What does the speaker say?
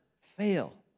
fail